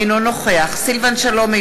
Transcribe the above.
אינו נוכח סילבן שלום,